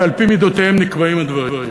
ועל-פי מידותיהם נקבעים הדברים.